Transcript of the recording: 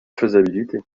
faisabilité